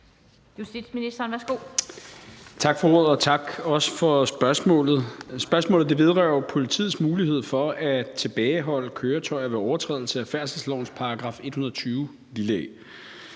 også for spørgsmålet. Spørgsmålet vedrører jo politiets mulighed for at tilbageholde køretøjer ved overtrædelse af færdselslovens § 120 a.